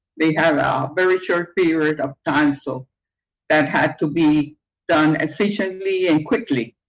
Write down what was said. they had a very short period of time, so that had to be done efficiently and quickly.